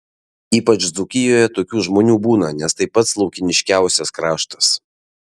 ypač dzūkijoje tokių žmonių būna nes tai pats laukiniškiausias kraštas